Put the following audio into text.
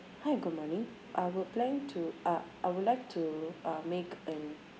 hi good morning I would plan to uh I would like to uh make an